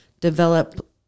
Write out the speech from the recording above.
develop